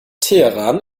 teheran